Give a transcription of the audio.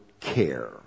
care